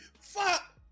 Fuck